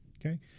okay